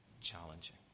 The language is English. challenging